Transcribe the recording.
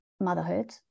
motherhood